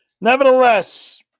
Nevertheless